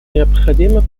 необходимо